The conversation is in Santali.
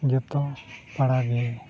ᱡᱚᱛᱚ ᱯᱟᱲᱟᱜᱮ